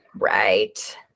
Right